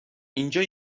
اینجا